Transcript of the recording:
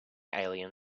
alien